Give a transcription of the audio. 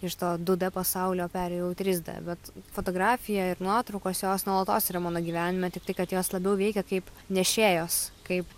iš to du d pasaulio perėjau į trys bet fotografija ir nuotraukos jos nuolatos yra mano gyvenime tiktai kad jos labiau veikia kaip nešėjos kaip